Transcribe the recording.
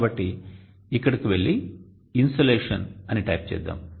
కాబట్టి ఇక్కడకు వెళ్లి ఇన్సోలేషన్ అని టైప్ చేద్దాం